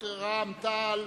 רע"ם-תע"ל,